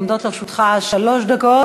עומדות לרשותך שלוש דקות.